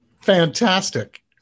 Fantastic